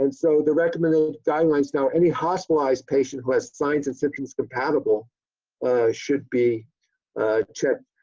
and so the recommended guidelines now any hospitalized patient who has signs and symptoms compatible should be checked.